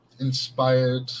inspired